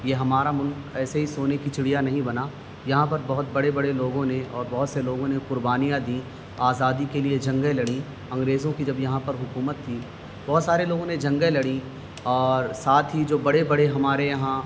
یہ ہمارا ملک ایسے ہی سونے کی چڑیا نہیں بنا یہاں پر بہت بڑے بڑے لوگوں نے اور بہت سے لوگوں نے قربانیاں دیں آزادی کے لیے جنگیں لڑیں انگریزوں کی جب یہاں پر حکومت تھی بہت سارے لوگوں نے جنگیں لڑیں اور ساتھ ہی جو بڑے بڑے ہمارے یہاں